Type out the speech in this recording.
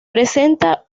presenta